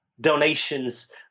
Donations